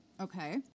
okay